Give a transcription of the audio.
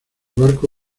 barco